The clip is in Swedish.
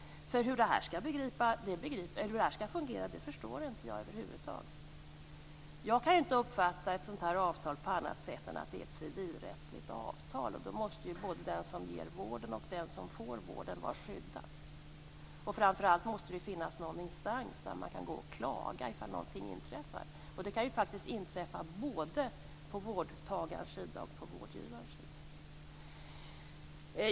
Hur abonnemangstandvården skall fungera förstår jag inte över huvud taget. Jag kan inte uppfatta att ett sådant här avtal är något annat än ett civilrättsligt avtal, och då måste ju både den som ger vården och den som får vården vara skyddade. Framför allt måste det finnas någon instans att vända sig till för att klaga ifall någonting inträffar. Det kan faktiskt inträffa något både på vårdtagarsidan och på vårdgivarsidan.